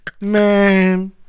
man